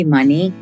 Money